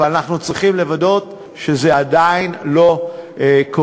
אבל אנחנו עדיין צריכים לוודא שזה לא קורה.